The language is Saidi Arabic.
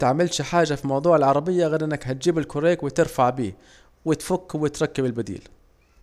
متعملش حاجة في موضوع العربية غير انك هتجيب الكوريك وترفع بيه وتفك وتركب البديل